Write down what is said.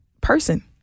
person